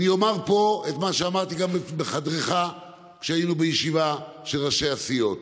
ואני אומר פה את מה שאמרתי גם בחדרך כשהיינו בישיבה של ראשי הסיעות: